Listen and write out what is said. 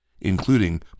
including